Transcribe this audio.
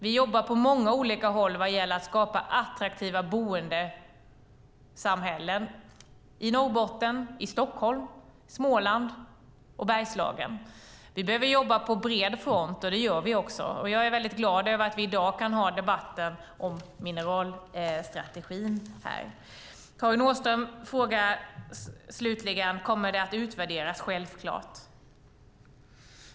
Vi jobbar på många olika håll när det gäller att skapa attraktiva boendesamhällen i Norrbotten, Stockholm, Småland och Bergslagen. Vi behöver jobba på bred front, och det gör vi också. Jag är glad över att vi i dag kan ha debatten om mineralstrategin här. Karin Åström frågar slutligen om detta kommer att utvärderas. Det är självklart.